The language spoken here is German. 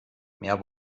mehr